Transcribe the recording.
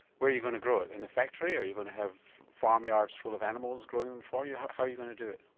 where are you going to grow it, in a factory, are you going to have farmyards full of animals growing them for you? how are you going to do it?